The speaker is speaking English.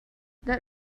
that